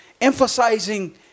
emphasizing